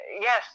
yes